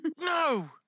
No